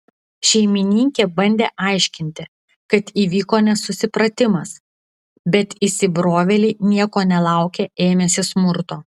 šeimininkė bandė aiškinti kad įvyko nesusipratimas bet įsibrovėliai nieko nelaukę ėmėsi smurto